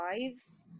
lives